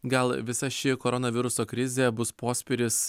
gal visa ši koronaviruso krizė bus posvyris